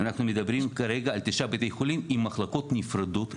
אנחנו מדברים כרגע על תשעה בתי חולים עם מחלקות נפרדות לנשים.